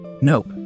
Nope